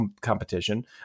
competition